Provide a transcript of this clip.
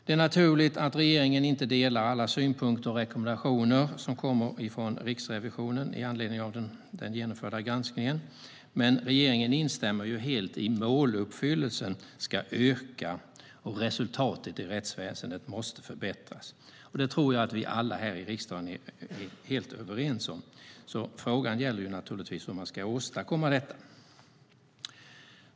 Det är naturligt att regeringen inte delar alla synpunkter och rekommendationer som kommer från Riksrevisionen i anledning av den genomförda granskningen. Men regeringen instämmer helt i att måluppfyllelsen ska öka och att resultatet i rättsväsendet måste förbättras. Detta tror jag att vi alla här i riksdagen är överens om. Frågan gäller hur man ska åstadkomma detta.